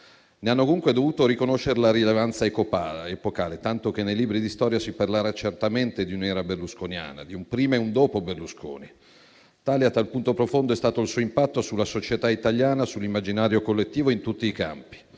ne hanno comunque dovuto riconoscere la rilevanza epocale, tanto che nei libri di storia si parlerà certamente di un'era berlusconiana, di un prima e di un dopo Berlusconi, tale e a tal punto profondo è stato il suo impatto sulla società italiana e sull'immaginario collettivo in tutti i campi: